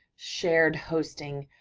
shared hosting.